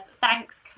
thanks